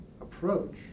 approach